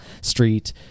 street